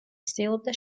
ცდილობდა